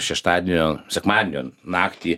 šeštadienio sekmadienio naktį